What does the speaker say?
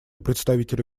представителя